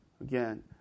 again